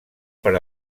per